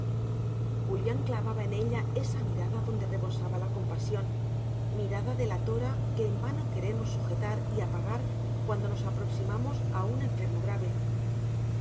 julián clavaba en ella esa mirada donde rebosaba la compasión mirada delatora que en vano queremos sujetar y apagar cuando nos aproximamos a un enfermo grave